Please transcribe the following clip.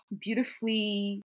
beautifully